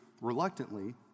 reluctantly